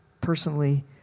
personally